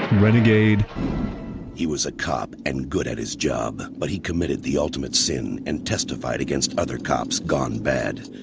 renegade he was a cop and good at his job. but he committed the ultimate sin and testified against other cops gone bad.